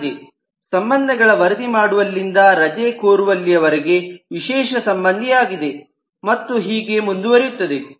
ಆಗಿದೆ ಸಂಬಂಧಗಳ ವರದಿ ಮಾಡುವಲ್ಲಿಂದ ರಜೆ ಕೋರುವಲ್ಲಿಯವರೆಗೆ ವಿಶೇಷ ಸಂಬಂಧಿಯಾಗಿದೆ ಮತ್ತು ಹೀಗೆ ಮುಂದುವರೆಯುತ್ತದೆ